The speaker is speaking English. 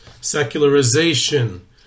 secularization